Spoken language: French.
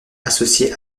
associée